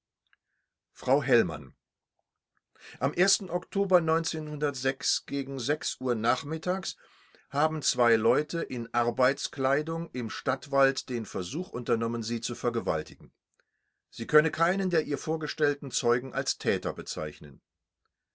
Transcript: frau hellmann am oktober gegen uhr nachmittags haben zwei leute in arbeitskleidung im stadtwald den versuch unternommen sie zu vergewaltigen sie könne keinen der ihr vorgestellten zeugen als täter bezeichnen